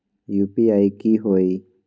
UPI की होई?